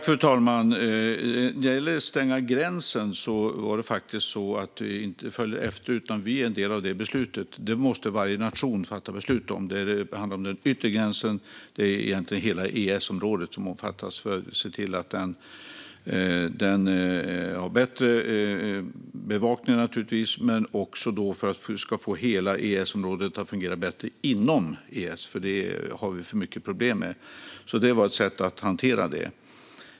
Fru talman! När det gäller att stänga gränsen var det faktiskt så att vi inte följde efter, utan vi är en del av beslutet. Detta måste varje nation fatta beslut om. Det handlar om den yttre gränsen. Egentligen omfattas hela EES-området, för att se till att det har bättre bevakning och också för att det ska fungera bättre inom hela EES, för det har vi för mycket problem med. Det var alltså ett sätt att hantera detta.